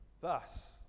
Thus